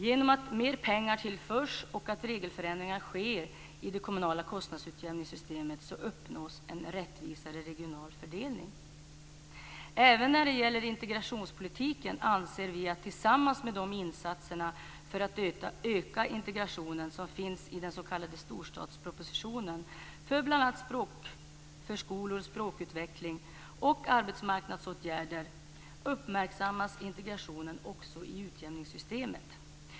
Genom att mer pengar tillförs och regelförändringar sker i det kommunala kostnadsutjämningssystemet uppnås en rättvisare regional fördelning. När det gäller integrationspolitiken anser vi att tillsammans med de insatser för att öka integrationen som finns i den s.k. storstadspropositionen för bl.a. språkförskolor, språkutveckling och arbetsmarknadsåtgärder uppmärksammas integrationen också i utjämningssystemet.